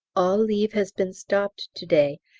all leave has been stopped to-day,